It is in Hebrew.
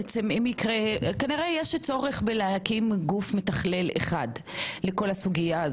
כנראה יש צורך להקים גוף מתכלל אחד לכל הסוגיה,